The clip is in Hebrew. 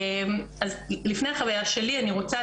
אז לפני החוויה שלי,